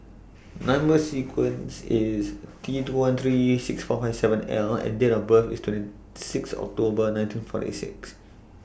Number sequence IS T two one three six four five seven L and Date of birth IS twenty six October nineteen forty six